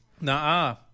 nah